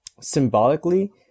symbolically